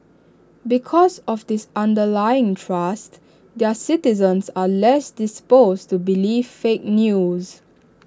because of this underlying trust their citizens are less disposed to believe fake news